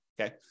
okay